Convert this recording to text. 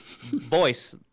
voice